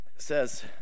says